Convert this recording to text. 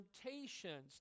temptations